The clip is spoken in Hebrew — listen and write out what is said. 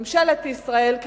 ממשלת ישראל לעשות,